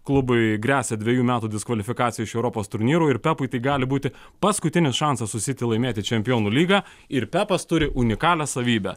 klubui gresia dvejų metų diskvalifikacija iš europos turnyrų ir pepui tai gali būti paskutinis šansas su city laimėti čempionų lygą ir pepas turi unikalią savybę